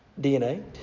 DNA